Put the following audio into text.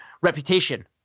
reputation